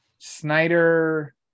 Snyder